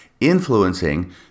influencing